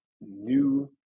new